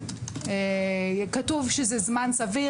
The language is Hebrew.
כתוב "זמן סביר",